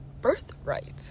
birthright